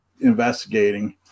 investigating